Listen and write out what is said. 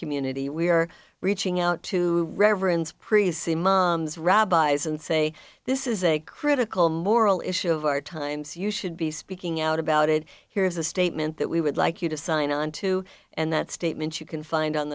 community we are reaching out to reverend priests the moms rabbis and say this is a critical moral issue of our times you should be speaking out about it here is a statement that we would like you to sign on to and that statement you can find on